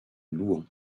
louhans